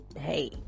hey